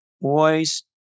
boys